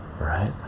right